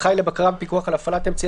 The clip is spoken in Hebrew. אחראי לבקרה ולפיקוח על הפעלת אמצעי